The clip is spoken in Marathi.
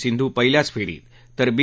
सिंधु पहिल्याच फेरीत तर बी